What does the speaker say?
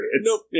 Nope